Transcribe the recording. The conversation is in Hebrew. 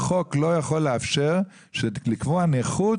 לאגף השיקום הגיעו מאות פניות,